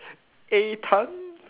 A tan